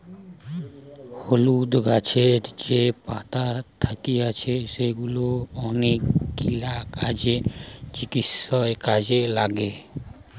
হলুদ গাছের যে পাতা থাকতিছে সেগুলা অনেকগিলা কাজে, চিকিৎসায় কাজে লাগে